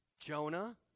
Jonah